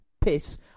Piss